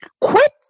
Quit